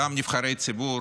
גם נבחרי ציבור,